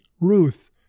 Ruth